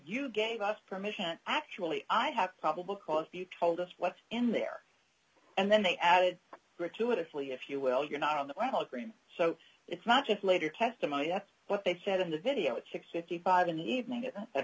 you gave us permission actually i have probable cause you told us what's in there and then they added gratuitously if you will you're not on the level of frame so it's not just later testimony that's what they said in the video it's six fifty five in the evening